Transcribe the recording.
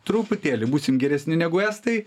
truputėlį būsim geresni negu estai